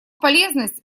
полезность